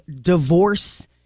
divorce